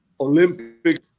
Olympic